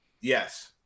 Yes